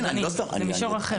זה מישור אחר.